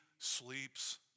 sleeps